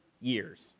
years